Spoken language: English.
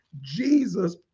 Jesus